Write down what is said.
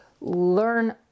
learn